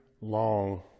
long